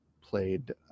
played